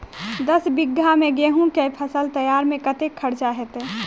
दस बीघा मे गेंहूँ केँ फसल तैयार मे कतेक खर्चा हेतइ?